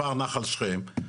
נחל שכם,